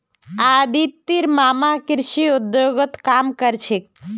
अदितिर मामा कृषि उद्योगत काम कर छेक